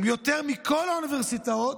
יותר מכל האוניברסיטאות,